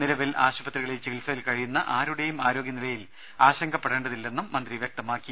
നിലവിൽ ആശുപത്രികളിൽ ചികിത്സയിൽ കഴിയുന്ന ആരുടേയും ആരോഗൃനിലയിൽ ആശ ങ്കപ്പെടേണ്ടതില്ലെന്നും മന്ത്രി വൃക്തമാക്കി